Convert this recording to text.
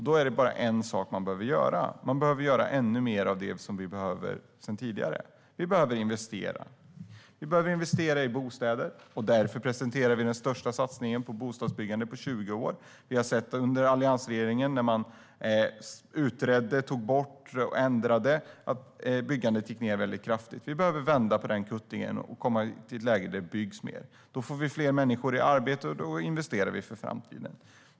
Då är det bara en sak som man kan göra: Man behöver göra ännu mer av det som vi behöver sedan tidigare. Det behövs investeringar i bostäder. Därför presenterar vi den största satsningen på bostadsbyggande på 20 år. Under alliansregeringen utredde man, tog bort och ändrande så att byggandet gick ned kraftigt. Vi behöver vända på den kuttingen och komma i ett läge där det byggs mer. Då får vi fler människor i arbete samtidigt som vi investerar för framtiden.